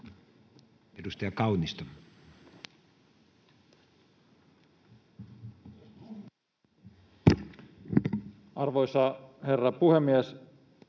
Edustaja Rydman. Arvoisa herra puhemies!